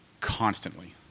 constantly